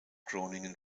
groningen